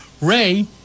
Ray